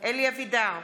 אלי אבידר,